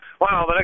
Wow